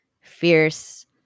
fierce